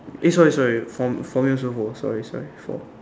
eh sorry sorry for for me also four sorry sorry four